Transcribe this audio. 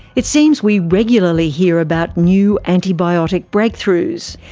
it seems we regularly hear about new antibiotic breakthroughs.